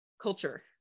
culture